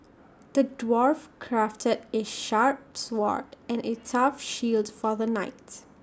the dwarf crafted A sharp sword and A tough shield for the knights